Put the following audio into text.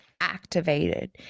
activated